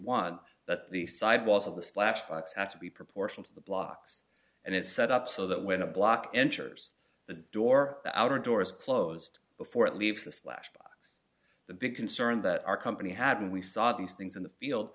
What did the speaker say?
one that the side walls of the slabs facts have to be proportional to the blocks and it's set up so that when a block enters the door the outer door is closed before it leaves the splash box the big concern that our company had and we saw these things in the field